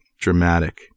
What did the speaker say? dramatic